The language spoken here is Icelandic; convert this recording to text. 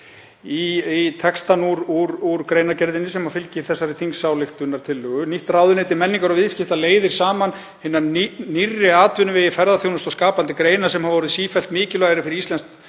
í textann úr greinargerðinni sem fylgir þessari þingsályktunartillögu: „Nýtt ráðuneyti menningar og viðskipta leiðir saman hina nýrri atvinnuvegi ferðaþjónustu og skapandi greina sem hafa orðið sífellt mikilvægari fyrir íslenskt